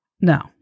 No